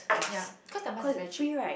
ya cause their mask is very cheap